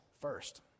first